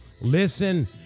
Listen